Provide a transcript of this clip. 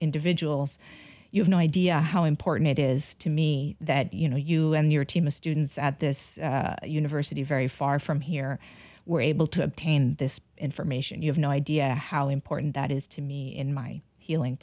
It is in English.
individuals you have no idea how important it is to me that you know you and your team of students at this university very far from here were able to obtain this information you have no idea how important that is to me in my healing